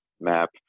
map